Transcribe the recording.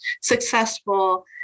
successful